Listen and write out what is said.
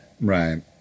Right